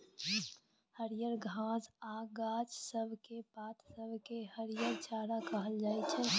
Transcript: हरियर घास आ गाछ सब केर पात सब केँ हरिहर चारा कहल जाइ छै